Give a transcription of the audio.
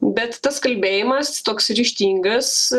bet tas kalbėjimas toks ryžtingas